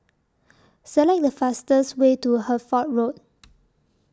Select The fastest Way to Hertford Road